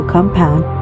Compound